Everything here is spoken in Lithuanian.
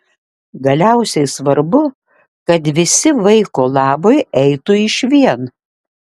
galiausiai svarbu kad visi vaiko labui eitų išvien